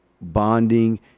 bonding